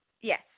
Yes